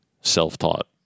self-taught